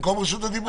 זה במקום רשות הדיבור?